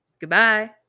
Goodbye